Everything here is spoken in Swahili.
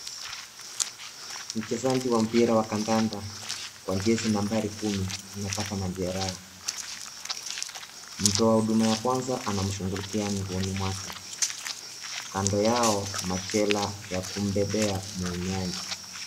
Mchezaji wa mpira wa kandanda wa jezi nambari kumi amepata majeraha. Mtoa huduma ya kwanza anamshughulikia mguuni mwake. Kando yao machela ya kumbebea muumiaji.